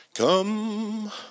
Come